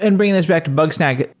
and bringing this back to bugsnag,